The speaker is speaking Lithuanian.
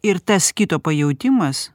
ir tas kito pajautimas